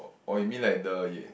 orh you mean like the